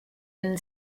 even